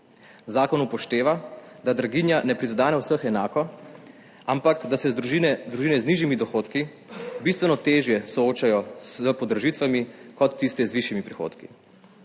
Zakon upošteva, da draginja ne prizadene vseh enako, ampak da se družine z nižjimi dohodki bistveno težje soočajo s podražitvami kot tiste z višjimi prihodki.